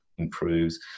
improves